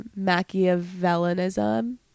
machiavellianism